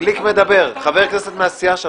גליק מדבר, חבר הכנסת מהסיעה שלך.